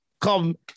come